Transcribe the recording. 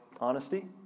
honesty